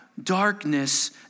darkness